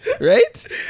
right